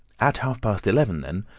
at half-past eleven, then,